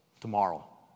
Tomorrow